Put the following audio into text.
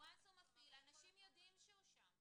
אנשים יודעים שהוא שם.